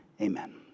Amen